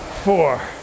four